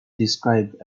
described